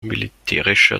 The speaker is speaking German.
militärischer